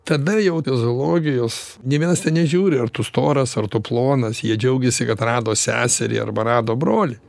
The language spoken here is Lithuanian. tada jau fiziologijos nė vienas ten nežiūri ar tu storas ar tu plonas jie džiaugiasi kad rado seserį arba rado brolį